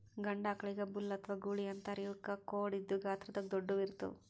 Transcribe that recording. ಗಂಡ ಆಕಳಿಗ್ ಬುಲ್ ಅಥವಾ ಗೂಳಿ ಅಂತಾರ್ ಇವಕ್ಕ್ ಖೋಡ್ ಇದ್ದ್ ಗಾತ್ರದಾಗ್ ದೊಡ್ಡುವ್ ಇರ್ತವ್